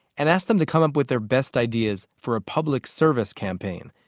and asked them to come up with their best ideas for a public service campaign.